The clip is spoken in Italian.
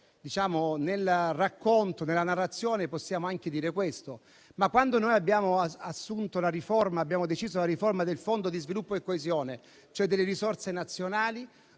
nel merito. Poi, nella narrazione possiamo anche dire questo, ma quando abbiamo deciso la riforma del Fondo di sviluppo e coesione, cioè delle risorse nazionali,